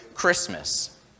Christmas